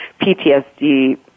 PTSD